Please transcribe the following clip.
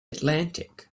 atlantic